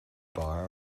bar